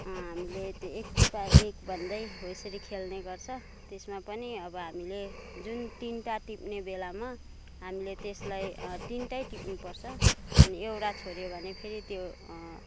हामीले त्यो एक टुपा एक भन्दै हो यसरी खेल्ने गर्छ त्यसमा पनि अब हामीले जुन तिनवटा टिप्ने बेलामा हामीले त्यसलाई तिनवटै टिप्नुपर्छ अनि एउटा छोड्यो भने फेरि त्यो